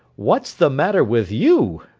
what's the matter with you